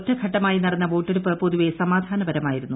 ഒറ്റ ഘട്ടമായി നടന്ന വോട്ടെടുപ്പ് പൊതുവെ സമാധാനപരമായിരുന്നു